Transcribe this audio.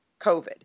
covid